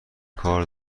کار